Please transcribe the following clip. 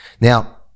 Now